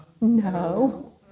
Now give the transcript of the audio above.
No